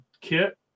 kit